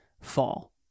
fall